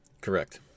Correct